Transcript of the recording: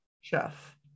Chef